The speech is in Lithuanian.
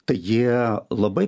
tai jie labai